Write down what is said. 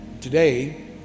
Today